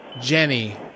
Jenny